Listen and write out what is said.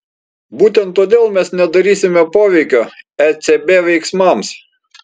būtent todėl mes nedarysime poveikio ecb veiksmams